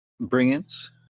bring-ins